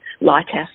lighthouse